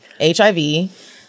HIV